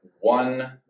one